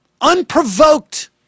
unprovoked